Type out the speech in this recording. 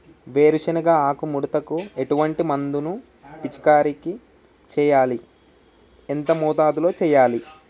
వేరుశెనగ ఆకు ముడతకు ఎటువంటి మందును పిచికారీ చెయ్యాలి? ఎంత మోతాదులో చెయ్యాలి?